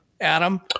Adam